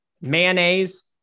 mayonnaise